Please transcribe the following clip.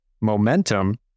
momentum